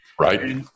Right